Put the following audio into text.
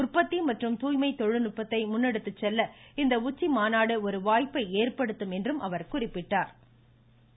உற்பத்தி மற்றும் தூய்மை தொழில்நுட்பத்தை முன்னெடுத்து செல்ல இந்த உச்சிமாநாடு ஒரு வாய்ப்பை ஏற்படுத்தும் என்றும் அவர் குறிப்பிட்டாள்